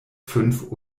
fünf